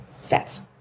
fats